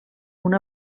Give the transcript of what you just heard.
una